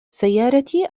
سيارتي